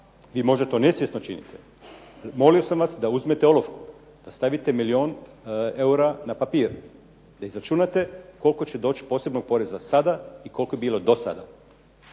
Vi možda to nesvjesno činite. Molio sam vas da uzmete olovku, da stavite milijun eura na papir, da izračunate koliko će doći posebnog poreza sada i koliko je bilo dosada.